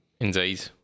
Indeed